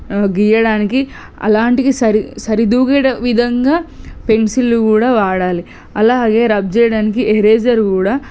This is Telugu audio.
గీయడానికి అలాంటికి సరి సరితూగేటి విధంగా పెన్సిళ్ళు కూడా వాడాలి అలాగే రబ్ చేయడానికి ఎరేజర్ కూడా